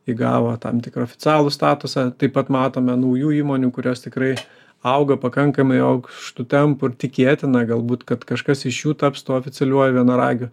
įgavo tam tikrą oficialų statusą taip pat matome naujų įmonių kurios tikrai auga pakankamai aukštu tempu ir tikėtina galbūt kad kažkas iš jų taps tuo oficialiuoju vienaragiu